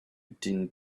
din